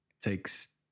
takes